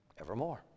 evermore